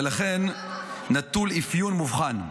ולכן נטול אפיון מובחן.